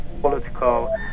political